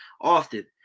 often